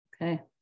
Okay